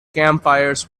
campfires